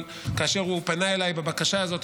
אבל כאשר הוא פנה אליי בבקשה הזו,